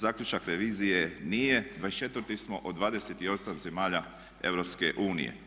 Zaključak revizije nije, 24 smo od 28 zemalja EU.